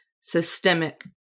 systemic